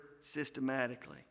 systematically